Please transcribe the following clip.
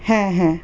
হ্যাঁ হ্যাঁ